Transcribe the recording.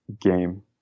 game